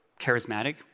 charismatic